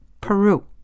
Peru